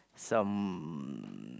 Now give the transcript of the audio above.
some